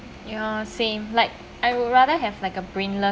ya same like I would rather have like a brainless